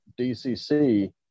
DCC